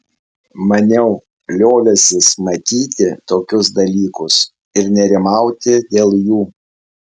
maniau liovęsis matyti tokius dalykus ir nerimauti dėl jų